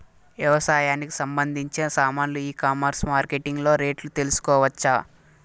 వ్యవసాయానికి సంబంధించిన సామాన్లు ఈ కామర్స్ మార్కెటింగ్ లో రేట్లు తెలుసుకోవచ్చా?